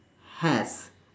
has